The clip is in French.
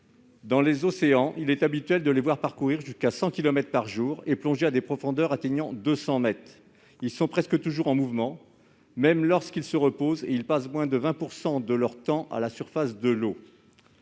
Dans les océans, il est habituel de les voir parcourir jusqu'à 100 kilomètres par jour et plonger à des profondeurs atteignant 200 mètres. Ils sont presque toujours en mouvement. Même lorsqu'ils se reposent, ils passent moins de 20 % de leur temps à la surface de l'eau.